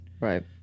Right